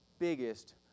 biggest